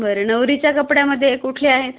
बरं नवरीच्या कपड्यामध्ये कुठले आहेत